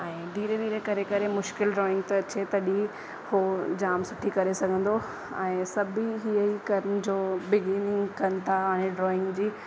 ऐं धीरे धीरे करे करे मुश्किल ड्रॉइंग त अचे तॾहिं उहो जाम सुठी करे सघंदो ऐं सभु ईअं ई करे जो बिगनिंग कनि था हाणे ड्रॉइंग जी